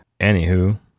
Anywho